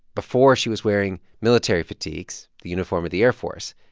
before, she was wearing military fatigues, the uniform of the air force.